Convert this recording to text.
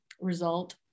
result